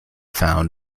found